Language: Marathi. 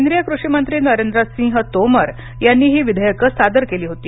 केंद्रीय कृषी मंत्री नरेंद्रसिंह तोमर यांनी ही विधेयकं सादर केली होती